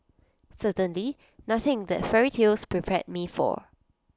certainly nothing that fairy tales prepared me for